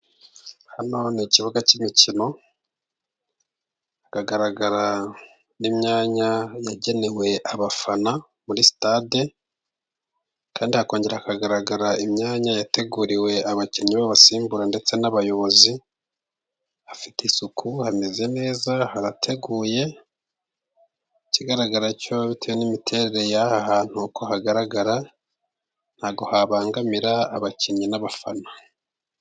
Hano ni ikibuga cy'imikino. Hakagaragara n'imyanya yagenewe abafana muri sitade. Kandi hakongera hakagaragara imyanya yateguriwe abakinnyi b'abasimbura ndetse n'abayobozi. Hafite isuku, hameze neza, harateguye. Ikigaragara cyo bitewe n'imiterere y'aha hantu uko hagaragara, ntabwo habangamira abakinnyi n'abafana.